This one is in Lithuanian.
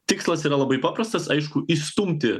tikslas yra labai paprastas aišku išstumti